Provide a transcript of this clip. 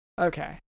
Okay